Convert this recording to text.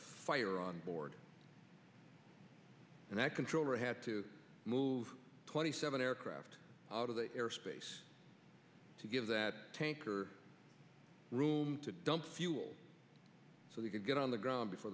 fire on board and that controller had to move twenty seven aircraft out of the airspace to give that tanker room to dump fuel so they could get on the ground before